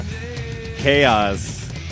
Chaos